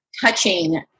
touching